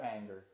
anger